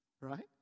right